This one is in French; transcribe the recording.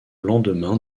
lendemain